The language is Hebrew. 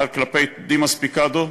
כלפי דמאס פיקדה,